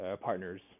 partners